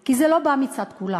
כי זה לא בא מצד כולם.